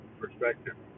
perspective